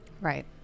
right